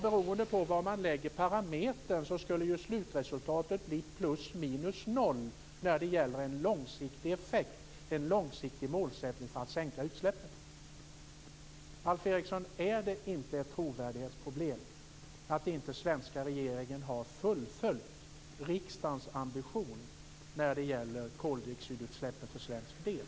Beroende på var man lägger parametern skulle ju slutresultatet bli plus minus noll när det gäller en långsiktig effekt, en långsiktig målsättning för att sänka utsläppen. Alf Eriksson, är det inte ett trovärdighetsproblem att den svenska regeringen inte har fullföljt riksdagens ambition när det gäller koldioxidutsläppen för svensk del?